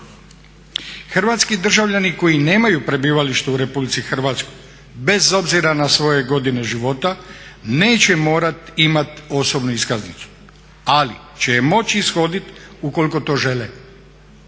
Hrvatski državljani koji nemaju prebivalište u RH bez obzira na svoje godine života neće morati imati osobnu iskaznicu, ali će je moći ishoditi ukoliko to žele.